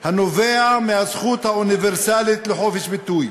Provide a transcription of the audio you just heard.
הנובע מהזכות האוניברסלית לחופש ביטוי,